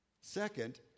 Second